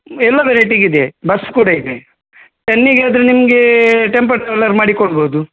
ಎಲ್ಲ ವೆರೈಟಿಗೆ ಇದೆ ಬಸ್ ಕೂಡ ಇದೆ ಟೆನ್ನಿಗಾದರೆ ನಿಮಗೆ ಟೆಂಪೋ ಟ್ರಾವೆಲ್ಲರ್ ಮಾಡಿ ಕೊಡ್ಬೋದು